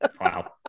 Wow